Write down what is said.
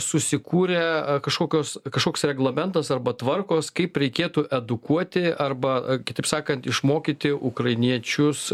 susikūrė kažkokios kažkoks reglamentas arba tvarkos kaip reikėtų edukuoti arba a kitaip sakant išmokyti ukrainiečius